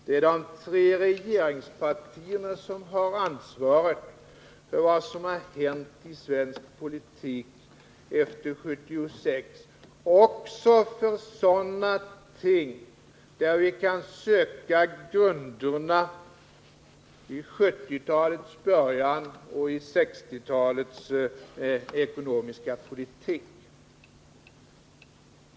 Det är de tre regeringspartierna som har ansvaret för vad som har hänt i svensk politik efter 1976 — också för sådant där vi kan söka grunderna i 1970-talets början och i 1960-talets ekonomiska politik.